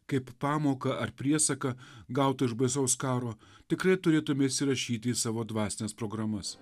kaip pamoką ar priesaką gautą iš baisaus karo tikrai turėtume įsirašyti savo dvasines programas